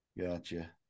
gotcha